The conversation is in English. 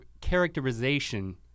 characterization